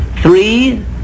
Three